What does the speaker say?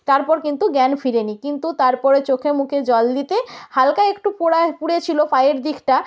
তারপর কিন্তু জ্ঞান ফেরেনি কিন্তু তার পরে চোখে মুখে জল দিতে হালকা একটু পোড়া পুড়েছিল পায়ের দিকটা